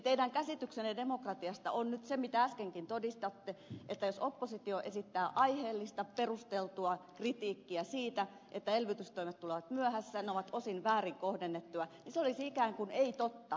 teidän käsityksenne demokratiasta on nyt se mitä äskenkin todistitte että jos oppositio esittää aiheellista perusteltua kritiikkiä siitä että elvytystoimet tulevat myöhässä ne ovat osin väärin kohdennettuja niin se olisi ikään kuin ei totta tai valhetta